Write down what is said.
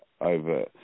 over